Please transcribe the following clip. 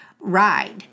ride